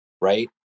right